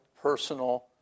personal